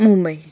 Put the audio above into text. Mumbai